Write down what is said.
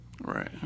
Right